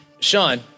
Sean